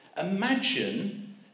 Imagine